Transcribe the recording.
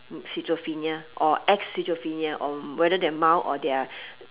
schizophrenia or ex-schizophrenia or whether they are mild or they are